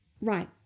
Right